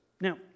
Now